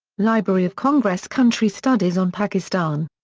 library of congress country studies on pakistan.